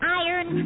iron